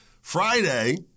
Friday